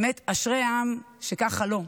באמת, אשרי העם שככה לו.